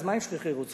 אז מה אם שכיחי רוצחים,